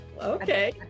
okay